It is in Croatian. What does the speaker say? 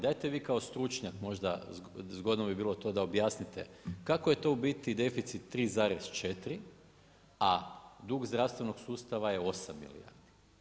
Dajte vi kao stručnjak, možda zgodno bilo to da objasnite, kako je to u biti deficit 3,4 a dug zdravstvenog sustava je 8 milijardi?